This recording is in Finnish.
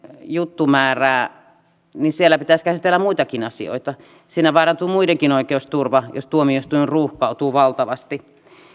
juttumäärää siellä pitäisi käsitellä muitakin asioita siinä vaarantuu muidenkin oikeusturva jos tuomioistuin ruuhkautuu valtavasti